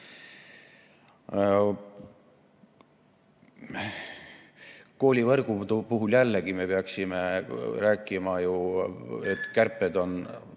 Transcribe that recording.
Koolivõrgu puhul jällegi me peaksime rääkima ju, et kärped on